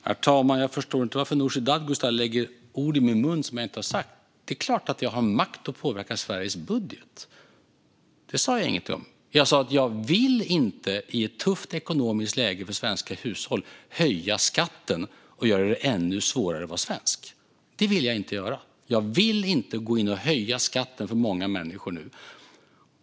Herr talman! Jag förstår inte varför Nooshi Dadgostar lägger ord i min mun som jag inte har sagt. Det är klart att jag har makt att påverka Sveriges budget. Det sa jag ingenting om. Jag sa att jag, i ett tufft ekonomiskt läge för svenska hushåll, inte vill höja skatten och göra det ännu svårare att vara svensk. Jag vill inte nu gå in och höja skatten för många människor.